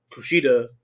Kushida